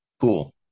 Cool